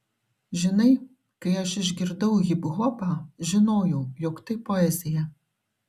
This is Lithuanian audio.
žinai kai aš išgirdau hiphopą žinojau jog tai poezija